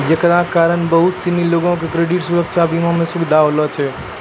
जेकरा कारण बहुते सिनी लोको के क्रेडिट सुरक्षा बीमा मे सुविधा होलो छै